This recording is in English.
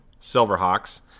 Silverhawks